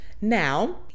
Now